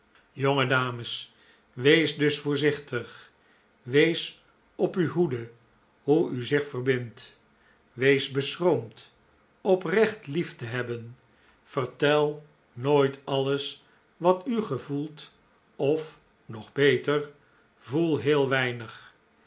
jonge dames wees dus voorzichtig wees op uw hoede hoe u zich verbindt wees beschroomd oprecht lief te hebben vertel nooit alles wat u gevoelt of nog beter voel heel weinig